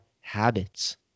habits